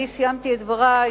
אני סיימתי את דברי.